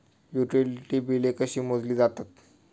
Utility बिले कशी मोजली जातात?